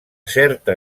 certa